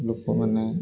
ଲୋକମାନେ